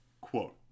Quote